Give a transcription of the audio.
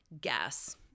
gas